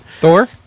Thor